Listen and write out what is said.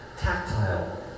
Tactile